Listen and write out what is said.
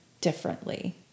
differently